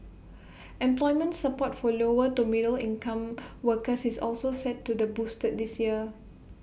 employment support for lower to middle income workers is also set to the boosted this year